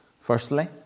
Firstly